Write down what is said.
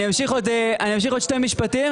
אני אמשיך עוד שני משפטים.